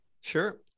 Sure